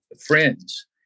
friends